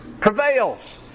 Prevails